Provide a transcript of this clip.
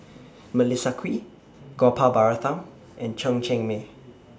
Melissa Kwee Gopal Baratham and Chen Cheng Mei